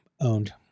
owned